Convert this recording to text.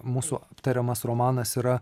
mūsų tariamas romanas yra